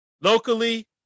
locally